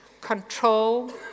control